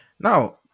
Now